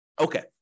okay